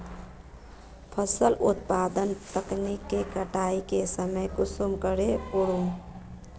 फसल उत्पादन तकनीक के कटाई के समय कुंसम करे करूम?